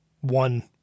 one